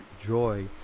joy